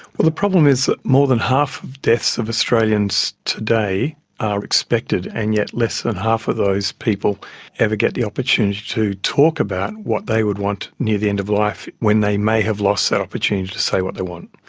the problem is that more than half of deaths of australians today are expected and yet less than half of those people ever get the opportunity to talk about what they would want near the end of life when they may have lost that opportunity to say what they want.